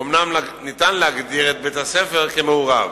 אומנם ניתן להגדיר את בית-הספר כמעורב,